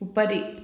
उपरि